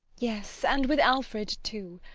yes! and with alfred, too.